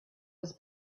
was